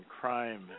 crime